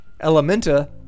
Elementa